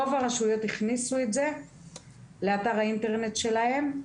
רוב הרשויות הכניסו את זה לאתר האינטרנט שלהן.